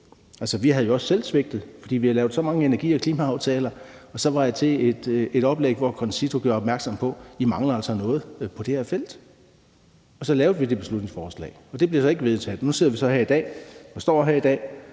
jo også selv svigtet, fordi vi havde lavet så mange energi- og klimaaftaler, og så hørte jeg et oplæg, hvor CONCITO gjorde opmærksom på, at vi altså manglede noget på det her felt, og så lavede vi det beslutningsforslag, og det blev så ikke vedtaget. Nu står vi så her i dag